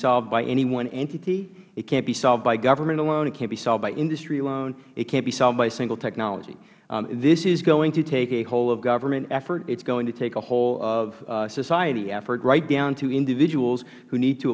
solved by any one entity it can't be solved by government alone it can't be solved by industry alone it can't be solved by a single technology this is going to take a whole of government effort it is going to take a whole of society effort right down to individuals who need to